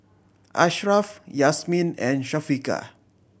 Ashraf Yasmin and Syafiqah